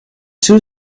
two